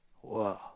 Whoa